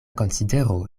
konsidero